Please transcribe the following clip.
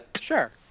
sure